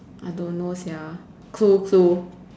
I don't know sia clue clue